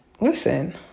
Listen